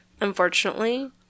unfortunately